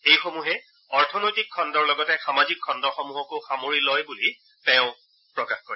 এইসমূহে অৰ্থনৈতিক খণ্ডৰ লগতে সামাজিক খণ্ডসমূহকো সামৰি লয় বুলি তেওঁ প্ৰকাশ কৰে